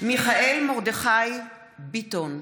מיכאל מרדכי ביטון,